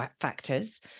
factors